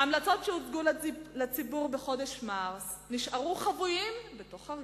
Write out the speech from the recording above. ההמלצות שהוצגו לציבור בחודש מרס נשארו חבויות בתוך ארגז.